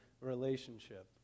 relationship